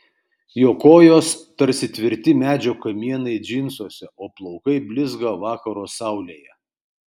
jo kojos tarsi tvirti medžio kamienai džinsuose o plaukai blizga vakaro saulėje